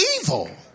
evil